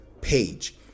page